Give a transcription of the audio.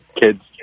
kids